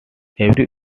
every